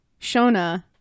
Shona